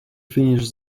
finish